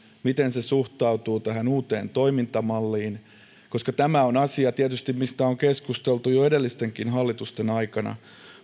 miten se suhtautuu tähän uuteen toimintamalliin tämä on tietysti asia mistä on keskusteltu jo edellistenkin hallitusten aikana